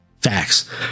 Facts